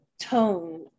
tone